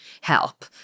help